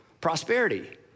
prosperity